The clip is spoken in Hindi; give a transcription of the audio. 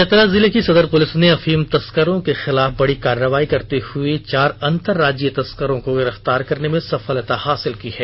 चतरा जिले की सदर पुलिस ने अफीम तस्करों के खिलाफ बड़ी कार्रवाई करते हए चार अंतर्राज्यीय तस्करों को गिरफ्तार करने में सफलता हासिल की है